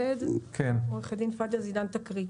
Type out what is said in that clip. אנחנו ממשיכים בסעיף 88כד. עורכת הדין פאדיה זידאן תקריא.